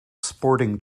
sporting